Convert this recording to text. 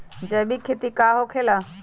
जैविक खेती का होखे ला?